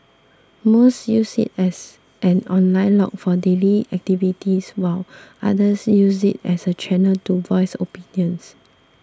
most use it as an online log for daily activities while others use it as a channel to voice opinions